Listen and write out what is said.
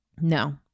no